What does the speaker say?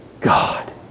God